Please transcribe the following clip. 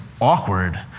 awkward